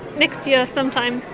next year sometime.